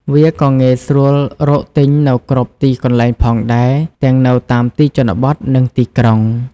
វាក៏ងាយស្រួលរកទិញនៅគ្រប់ទីកន្លែងផងដែរទាំងនៅតាមទីជនបទ និងទីក្រុង។